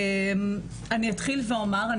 אני אתחיל ואומר,